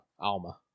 Alma